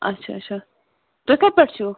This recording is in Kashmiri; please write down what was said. اچھا اچھا تُہۍ کَتہِ پٮ۪ٹھ چھُو